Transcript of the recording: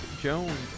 Jones